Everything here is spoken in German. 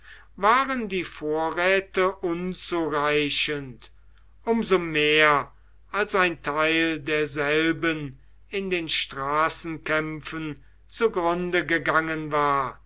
waren die vorräte unzureichend um so mehr als ein teil derselben in den straßenkämpfen zugrunde gegangen war